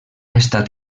estat